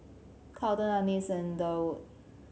Carlton Annis and Durwood